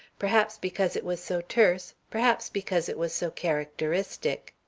perhaps because it was so terse perhaps because it was so characteristic.